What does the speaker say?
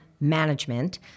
management